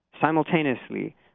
simultaneously